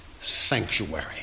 sanctuary